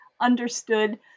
understood